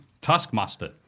Taskmaster